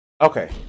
Okay